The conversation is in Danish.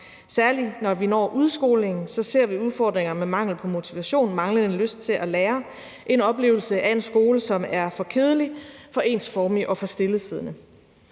Særlig når vi når udskolingen, ser vi udfordringer med mangel på motivation, manglende lyst til at lære og en oplevelse af en skole, som er for kedelig, for ensformig og for stillesiddende.